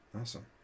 Awesome